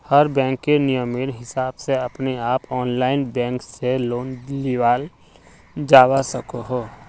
हर बैंकेर नियमेर हिसाब से अपने आप ऑनलाइन बैंक से लोन लियाल जावा सकोह